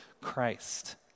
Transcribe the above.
Christ